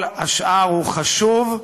כל השאר חשוב,